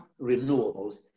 renewables